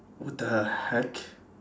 what the heck